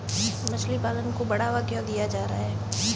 मछली पालन को बढ़ावा क्यों दिया जा रहा है?